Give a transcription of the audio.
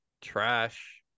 Trash